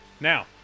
Now